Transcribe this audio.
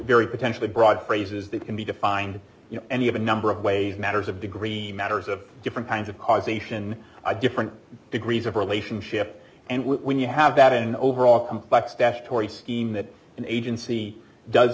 very potentially broad phrases that can be defined any of a number of ways matters of degree matters of different kinds of causation are different degrees of relationship and when you have that an overall complex deaf tory scheme that an agency does